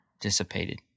dissipated